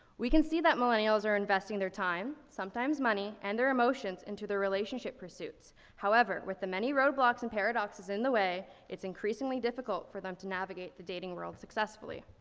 we can see that millennials are investing their time, sometimes money, and their emotions into their relationship pursuits. however, with the many roadblocks and paradoxes in the way, it's increasingly difficult for them to navigate the dating world successfully.